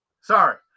Sorry